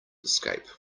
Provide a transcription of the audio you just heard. escape